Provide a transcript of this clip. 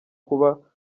kuba